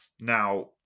Now